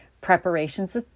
preparations